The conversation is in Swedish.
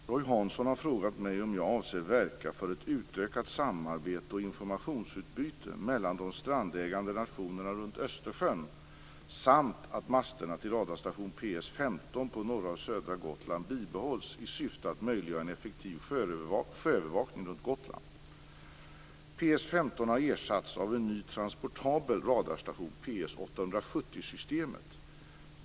Fru talman! Roy Hansson har frågat mig om jag avser verka för ett utökat samarbete och informationsutbyte mellan de strandägande nationerna runt Östersjön samt att masterna till radarstation PS 15 på norra och södra Gotland bibehålls i syfte att möjliggöra en effektiv sjöövervakning runt Gotland. PS 15 har ersatts av en ny transportabel radarstation, PS 870-systemet.